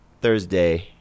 Thursday